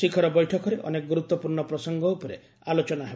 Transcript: ଶିଖର ବୈଠକରେ ଅନେକ ଗୁରୁତ୍ୱପୂର୍ଣ୍ଣ ପ୍ରସଙ୍ଗ ଉପରେ ଆଲୋଚନା ହେବ